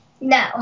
No